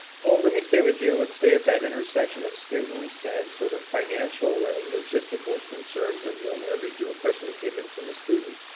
paul, let me stay with you and stay at that intersection of students and sort of financial and logistical concerns and i'm going to read you a question that came in from a student.